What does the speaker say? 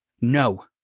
no